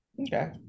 Okay